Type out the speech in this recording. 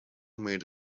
made